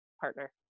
partner